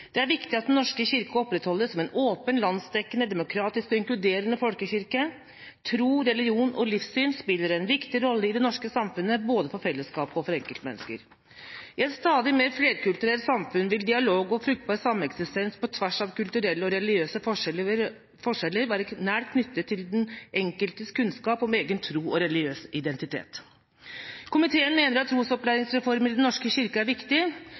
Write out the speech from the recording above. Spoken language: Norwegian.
Det er viktig at Den norske kirke opprettholdes som en åpen, landsdekkende, demokratisk og inkluderende folkekirke. Tro, religion og livssyn spiller en viktig rolle i det norske samfunnet, både for fellesskapet og for enkeltmennesker. I et stadig mer flerkulturelt samfunn vil dialog og fruktbar sameksistens på tvers av kulturelle og religiøse forskjeller være nært knyttet til den enkeltes kunnskap om egen tro og religiøse identitet. Komiteen mener at trosopplæringsreformen i Den norske kirke er viktig,